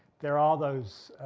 there are those,